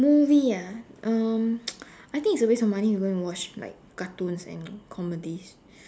movie ah um I think it's a waste of money to go and watch like cartoons and comedies